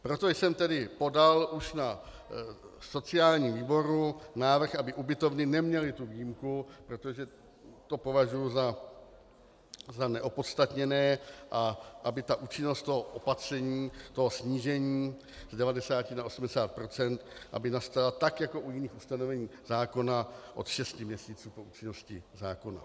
Proto jsem tedy podal už na sociálním výboru návrh, aby ubytovny neměly tu výjimku, protože považuji za neopodstatněné, aby účinnost toho opatření, toho snížení z 90 na 80 %, nastala tak jako u jiných ustanovení zákona od šesti měsíců po účinnosti zákona.